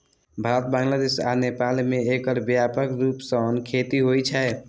भारत, बांग्लादेश आ नेपाल मे एकर व्यापक रूप सं खेती होइ छै